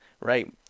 right